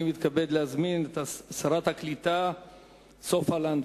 אני מתכבד להזמין את שרת הקליטה סופה לנדבר.